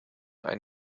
ein